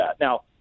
Now